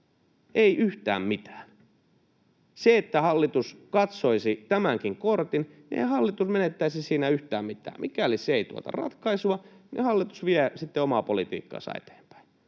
Ei yhtään mitään. Jos hallitus katsoisi tämänkin kortin, niin eihän hallitus menettäisi siinä yhtään mitään. Mikäli se ei tuota ratkaisua, niin hallitus vie sitten omaa politiikkaansa eteenpäin.